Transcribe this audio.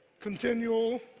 Continual